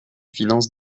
finance